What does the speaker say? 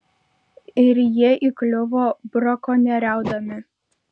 ir jie įkliuvo brakonieriaudami